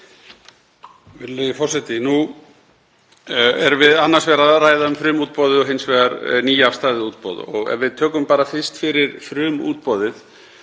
Virðulegi forseti. Nú erum við annars vegar að ræða um frumútboðið og hins vegar nýafstaðið útboð og ef við tökum bara fyrst fyrir frumútboðið